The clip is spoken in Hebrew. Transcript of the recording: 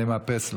אני מאפס לך.